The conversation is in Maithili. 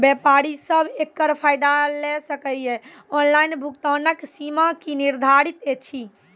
व्यापारी सब एकरऽ फायदा ले सकै ये? ऑनलाइन भुगतानक सीमा की निर्धारित ऐछि?